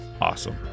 awesome